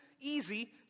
easy